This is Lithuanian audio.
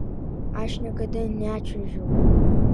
aš niekada nečiuožiau